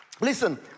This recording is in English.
listen